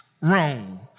Rome